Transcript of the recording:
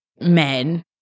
men